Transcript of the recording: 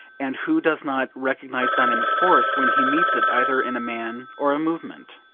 and who does not recognise dynamic force when he meets it either in a man or a movement.